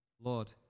Lord